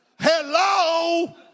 Hello